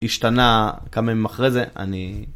השתנה כמה ימים אחרי זה אני